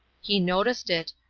he noticed it,